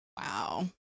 Wow